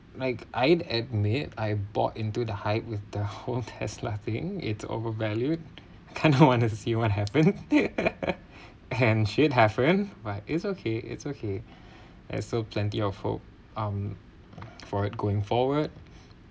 like I admit I bought into the hype with the whole Tesla thing it's overvalued kind of want to see what happens and shit happened but it's okay it's okay as so plenty of hope um for it going forward